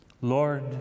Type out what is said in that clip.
Lord